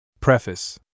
Preface